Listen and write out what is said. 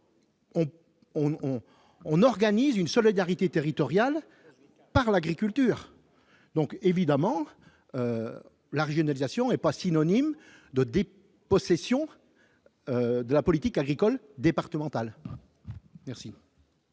on organise une solidarité territoriale par l'agriculture, donc évidemment la régionalisation et pas synonyme de départ possession de la politique agricole départementale. Merci.